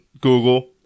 Google